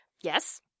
yes